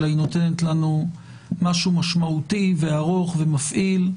אלא היא נותנת לנו משהו משמעותי וארוך ומפעיל.